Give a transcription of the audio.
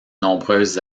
nombreuses